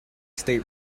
state